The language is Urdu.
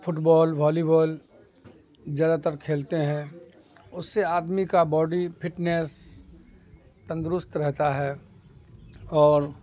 فٹ بال والی بال زیادہ تر کھیلتے ہیں اس سے آدمی کا باڈی پھٹنیس تندرست رہتا ہے اور